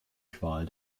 qual